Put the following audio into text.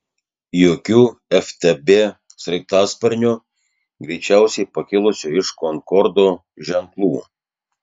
jokių ftb sraigtasparnio greičiausiai pakilusio iš konkordo ženklų